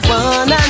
one